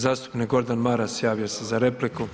Zastupnik Gordan Maras javio se za repliku.